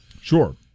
sure